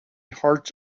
hearts